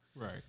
Right